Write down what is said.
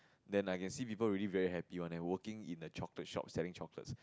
then I can see people really very happy one leh working in a chocolate shops selling chocolate